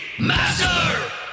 Master